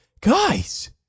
guys